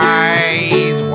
eyes